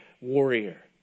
warrior